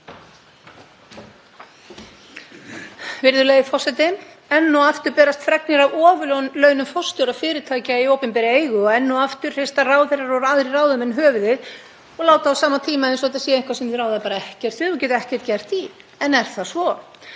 Virðulegi forseti. Enn og aftur berast fregnir af ofurlaunum forstjóra fyrirtækja í opinberri eigu og enn og aftur hrista ráðherrar og aðrir ráðamenn höfuðið og láta á sama tíma eins og þetta sé eitthvað sem þeir ráði bara ekkert við og geti ekkert gert í. En er það svo?